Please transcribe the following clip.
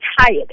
tired